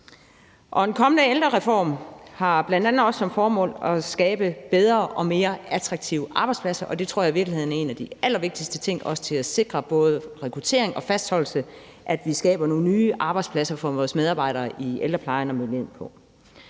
En kommende ældrereform har bl.a. også som formål at skabe bedre og mere attraktive arbejdspladser, og det tror jeg i virkeligheden er en af de allervigtigste ting også til at sikre både rekruttering og fastholdelse, altså at vi skaber nogle nye arbejdspladser for vores medarbejdere i ældreplejen. Medarbejderne